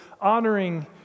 honoring